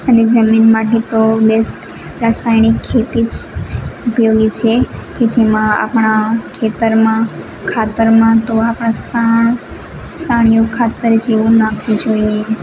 અને જમીન માટે તો બેસ્ટ રાસાયણિક ખેતી જ ઉપયોગી છે કે જેમાં આપણા ખેતરમાં ખાતરમાં તો આપણા સાણ સાણીયું ખાતર જેવું નાખવું જોઈએ